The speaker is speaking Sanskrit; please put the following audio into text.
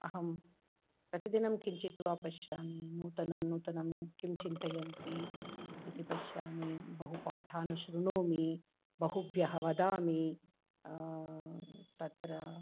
अहं प्रतिदिनं किञ्चित् वा पश्यामि नूतनं नूतनं किं चिन्तयन्ति इति पश्यामि बहु पाठान् श्रुणोमि बहुभ्यः वदामि तत्र